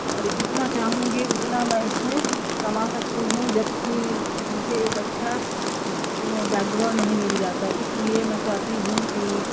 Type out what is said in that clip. اور جتنا چاہوں گی اتنا میں اس میں کما سکتی ہوں جب کہ مجھے ایک اچھا بیکگراؤنڈ نہیں مل جاتا اس لیے میں چاہتی ہوں کہ